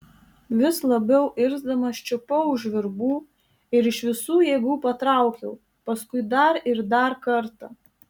vis labiau irzdamas čiupau už virbų ir iš visų jėgų patraukiau paskui dar ir dar kartą